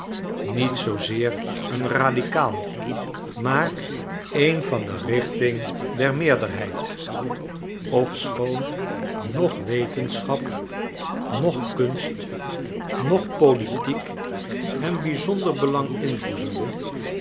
niet zoozeer een radicaal maar een van de richting der meerderheid ofschoon noch wetenschap noch kunst noch politiek hem bizonder belang